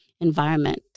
environment